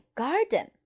garden